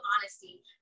honesty